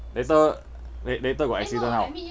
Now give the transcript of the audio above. later later got accident how ya